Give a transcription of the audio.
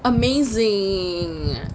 amazing